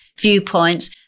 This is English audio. viewpoints